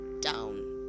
down